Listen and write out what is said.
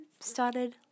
started